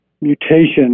mutation